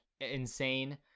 insane